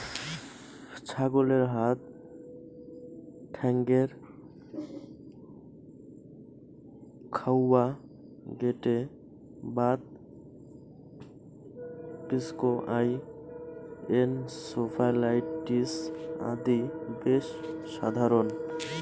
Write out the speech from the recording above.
ছাগলের হাত ঠ্যাঙ্গের ঘাউয়া, গেটে বাত, পিঙ্ক আই, এনসেফালাইটিস আদি বেশ সাধারণ